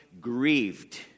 grieved